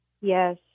Yes